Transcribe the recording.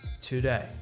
today